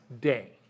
day